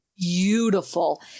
beautiful